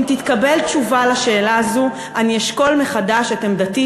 אם תתקבל תשובה לשאלה הזו אני אשקול מחדש את עמדתי,